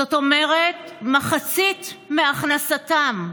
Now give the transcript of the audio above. זאת אומרת, מחצית מהכנסתן.